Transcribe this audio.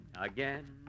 Again